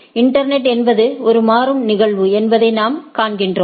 internet என்பது ஒரு மாறும் நிகழ்வு என்பதை நாம் காண்கிறோம்